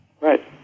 Right